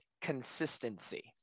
consistency